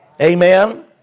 Amen